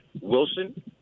wilson